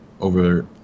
over